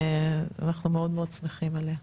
ואנחנו מאוד מאוד שמחים עליה,